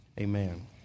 amen